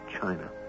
China